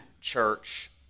church